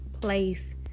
place